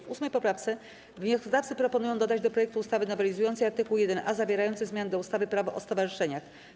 W 8. poprawce wnioskodawcy proponują dodać do projektu ustawy nowelizującej art. 1a zawierający zmiany do ustawy - Prawo o stowarzyszeniach.